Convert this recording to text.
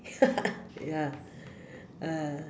ya ah